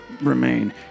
remain